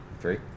Three